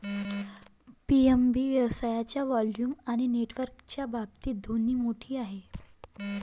PNB व्यवसायाच्या volume आणि नेटवर्कच्या बाबतीत दोन्ही मोठे आहे